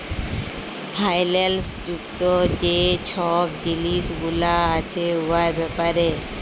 ফাইল্যাল্স যুক্ত যে ছব জিলিস গুলা আছে উয়ার ব্যাপারে